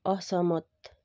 असहमत